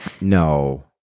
No